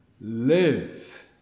live